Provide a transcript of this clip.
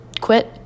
quit